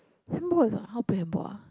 handball is what how play handball ah